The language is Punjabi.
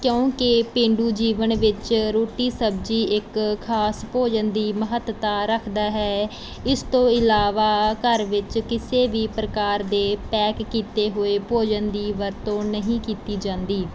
ਕਿਉਂਕਿ ਪੇਂਡੂ ਜੀਵਨ ਵਿੱਚ ਰੋਟੀ ਸਬਜ਼ੀ ਇੱਕ ਖ਼ਾਸ ਭੋਜਨ ਦੀ ਮਹੱਤਤਾ ਰੱਖਦਾ ਹੈ ਇਸ ਤੋਂ ਇਲਾਵਾ ਘਰ ਵਿੱਚ ਕਿਸੇ ਵੀ ਪ੍ਰਕਾਰ ਦੇ ਪੈਕ ਕੀਤੇ ਹੋਏ ਭੋਜਨ ਦੀ ਵਰਤੋਂ ਨਹੀਂ ਕੀਤੀ ਜਾਂਦੀ